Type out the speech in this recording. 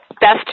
best